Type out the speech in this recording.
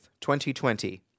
2020